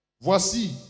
Voici